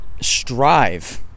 strive